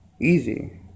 easy